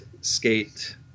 skate